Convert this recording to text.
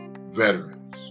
veterans